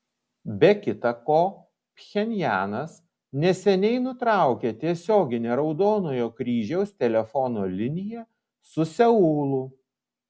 be kita ko pchenjanas neseniai nutraukė tiesioginę raudonojo kryžiaus telefono liniją su seulu